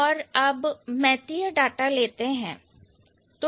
और अब meitei data लेते हैं